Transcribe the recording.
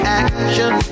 action